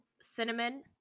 cinnamon